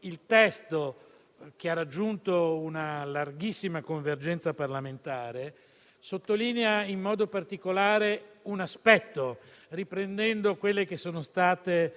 il testo, che ha raggiunto una larghissima convergenza parlamentare, sottolinea in modo particolare un aspetto, riprendendo quelle che sono state